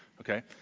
okay